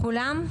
כולם?